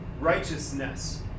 righteousness